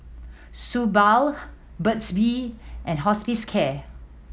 Suu Balm Burt's Bee and Hospicare